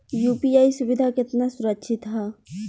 UPI सुविधा केतना सुरक्षित ह?